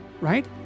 right